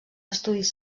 estudis